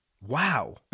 wow